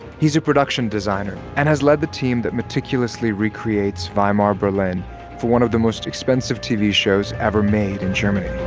he's a production designer and has led the team that meticulously recreates weimar berlin for one of the most expensive tv shows ever made in germany